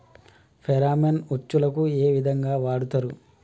Pheromone ఉచ్చులకు ఏ విధంగా వాడుతరు?